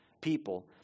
people